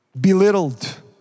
Belittled